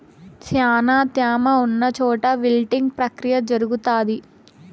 శ్యానా త్యామ ఉన్న చోట విల్టింగ్ ప్రక్రియ జరుగుతాది